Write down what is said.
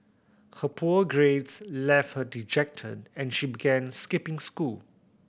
her poor grades left her dejected and she began skipping school